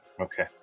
Okay